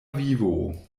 vivo